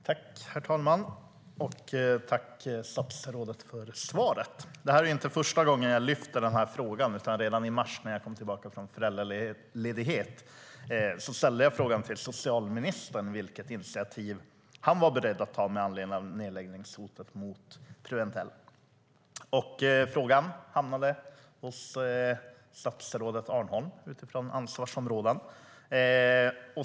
Herr talman! Jag tackar statsrådet för svaret. Detta är inte första gången jag lyfter fram denna fråga. Redan i mars när jag kom tillbaka från föräldraledighet ställde jag frågan till socialministern om vilket initiativ han var beredd att ta med anledning av nedläggningshotet mot Preventell. Frågan hamnade hos statsrådet Arnholm utifrån ansvarsområden.